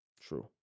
True